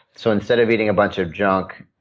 so instead of eating a bunch of junk,